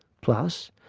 plus,